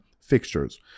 fixtures